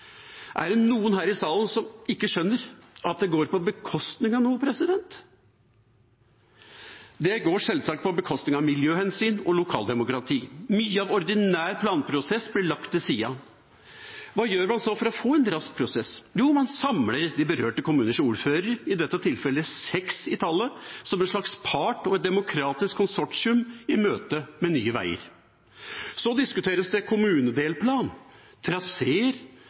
Er det noen her i salen som ikke skjønner at det går på bekostning av noe? Det går selvsagt på bekostning av miljøhensyn og lokaldemokrati. Mye av ordinær planprosess blir lagt til side. Hva gjør man så for å få en rask prosess? Jo, man samler de berørte kommuners ordførere, i dette tilfellet seks i tallet, som en slags part og demokratisk konsortium i møte med Nye Veier. Så diskuteres det kommunedelplan,